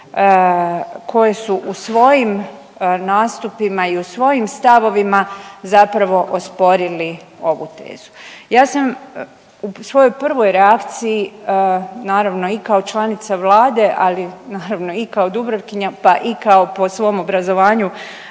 koje su u svojim nastupima i u svojim stavovima zapravo osporili ovu tezu. Ja sam u svojoj prvoj reakciji naravno i kao članica Vlade, ali naravno i kao Dubrovkinja pa i kao po svom obrazovanju